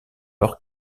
leur